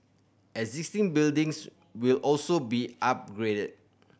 existing buildings will also be upgraded